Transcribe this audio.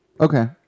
Okay